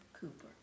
Cooper